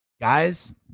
guys